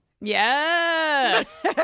Yes